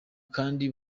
kandi